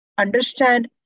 understand